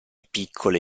piccole